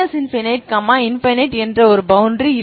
∞ ∞என்ற ஒரு பவுண்டரி இல்லை